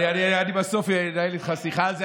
אני בסוף אנהל איתך שיחה על זה.